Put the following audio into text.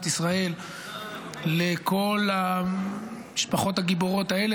ישראל לכל המשפחות הגיבורות האלה,